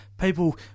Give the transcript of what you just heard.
people